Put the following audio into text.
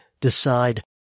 decide